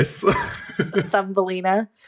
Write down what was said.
Thumbelina